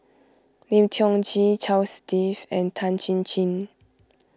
Lim Tiong Ghee Charles Dyce and Tan Chin Chin